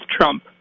Trump